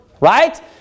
Right